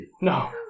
No